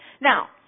Now